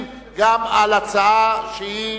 הצבענו